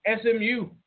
SMU